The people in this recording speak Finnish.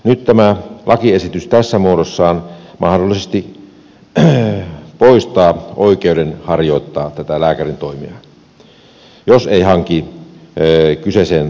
nyt tämä lakiesitys tässä muodossaan mahdollisesti poistaa oikeuden harjoittaa tätä lääkärintoimea jos ei hanki tarvittavia tietojärjestelmiä